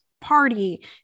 party